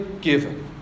given